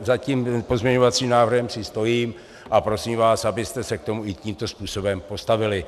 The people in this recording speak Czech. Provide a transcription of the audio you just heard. Za tím pozměňovacím návrhem si stojím a prosím vás, abyste se k tomu i tímto způsobem postavili.